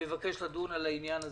מבקש לדון על העניין הזה.